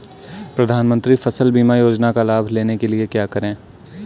प्रधानमंत्री फसल बीमा योजना का लाभ लेने के लिए क्या करें?